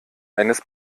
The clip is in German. eines